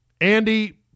Andy